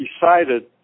decided